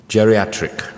Geriatric